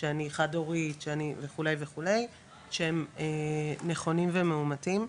שאני חד הורית וכו' שהם נכונים ומאומתים,